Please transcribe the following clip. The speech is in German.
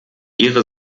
ihre